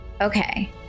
okay